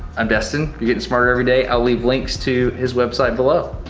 i'm destin, you're getting smarter every day. i'll leave links to his website below.